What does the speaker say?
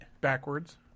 Backwards